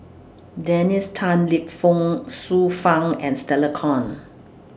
Dennis Tan Lip Fong Xiu Fang and Stella Kon